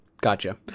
Gotcha